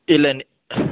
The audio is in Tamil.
இல்லை